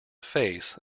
face